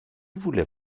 voulez